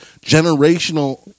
generational